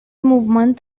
movement